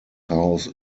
house